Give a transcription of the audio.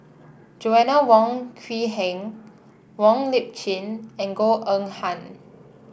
Joanna Wong Quee Heng Wong Lip Chin and Goh Eng Han